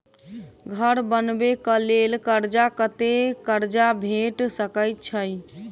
घर बनबे कऽ लेल कर्जा कत्ते कर्जा भेट सकय छई?